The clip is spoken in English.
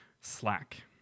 Slack